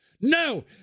no